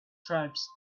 stripes